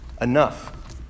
enough